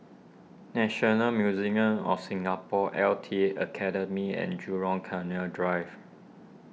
National Museum of Singapore L T Academy and Jurong Canal Drive